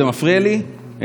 זה מפריע לי,